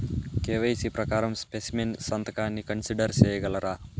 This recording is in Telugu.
కె.వై.సి ప్రకారం స్పెసిమెన్ సంతకాన్ని కన్సిడర్ సేయగలరా?